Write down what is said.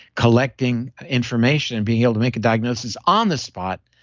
collecting information and being able to make a diagnosis on the spot